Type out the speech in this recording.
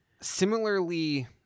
similarly